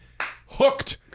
Hooked